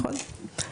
נכון.